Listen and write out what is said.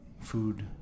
food